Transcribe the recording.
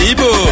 Ibo